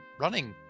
running